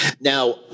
Now